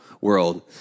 world